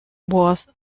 was